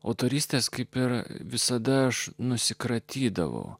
autorystės kaip ir visada aš nusikratydavo